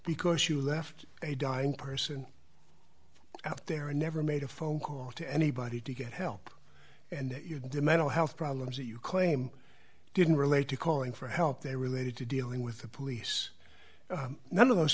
because you left a dying person out there and never made a phone call to anybody to get help and the mental health problems that you claim didn't relate to calling for help there related to dealing with the police none of those